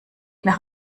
nach